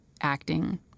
acting